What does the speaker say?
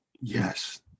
yes